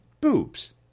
boobs